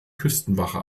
küstenwache